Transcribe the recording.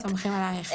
סומכים עלייך.